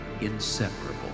inseparable